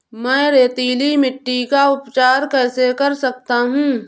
मैं रेतीली मिट्टी का उपचार कैसे कर सकता हूँ?